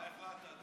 מה החלטת,